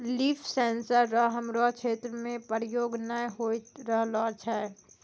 लिफ sensor रो हमरो क्षेत्र मे प्रयोग नै होए रहलो छै